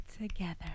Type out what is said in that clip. together